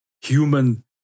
human